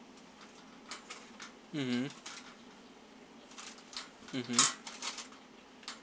mmhmm mmhmm